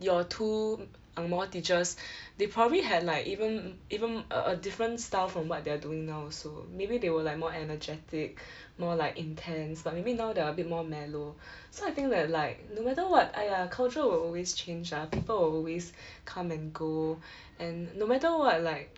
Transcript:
your two angmoh teachers they probably had like even even a a different style from what they're doing now also maybe they were like more energetic more like intense but maybe now they're a bit more mellow so I think that like no matter what !aiya! culture will always change ah people will always come and go and no matter what like